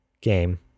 game